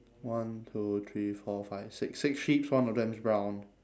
one two three four five six six sheeps one of them is brown